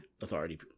authority